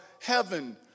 heaven